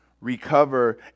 recover